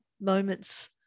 moments